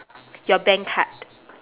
your bank card